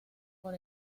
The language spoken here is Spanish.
por